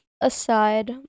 aside